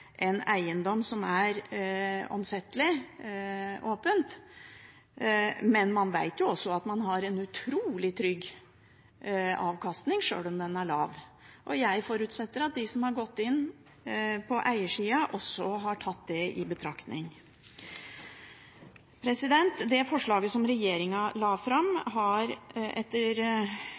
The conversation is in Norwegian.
en eiendom som er åpent omsettelig, men man vet også at man har en utrolig trygg avkastning, selv om den er lav. Jeg forutsetter at de som har gått inn på eiersida, også har tatt det i betraktning. Det er mulig at det forslaget som